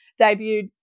debuted